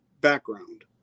background